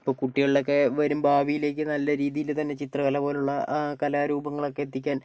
ഇപ്പോൾ കുട്ടികളിലൊക്ക വരും ഭാവിലേക്ക് നല്ല രീതിയില് തന്നെ ചിത്രകല പോലുള്ള കലാരൂപങ്ങളൊക്കെ എത്തിക്കാൻ